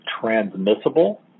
transmissible